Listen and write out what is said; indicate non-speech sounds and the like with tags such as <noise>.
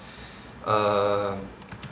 <breath> err